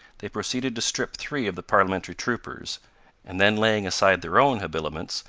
they proceeded to strip three of the parliamentary troopers and then laying aside their own habiliments,